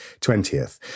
20th